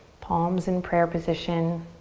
palms in prayer position.